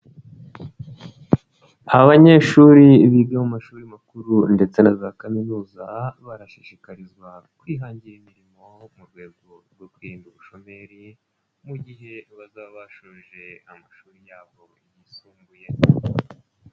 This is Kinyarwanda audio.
Abanyeshuri biga mu mashuri makuru ndetse na za kaminuza barashishikarizwa kwihangira imirimo mu rwego rwo kwirinda ubushomeri mu gihe bazaba bashoje amashuri yabo yisumbuye.